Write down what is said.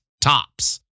tops